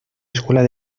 escuelas